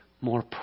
more